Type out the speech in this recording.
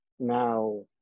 Now